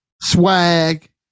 swag